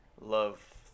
love